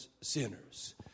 sinners